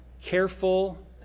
careful